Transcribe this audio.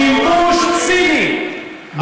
שימוש ציני,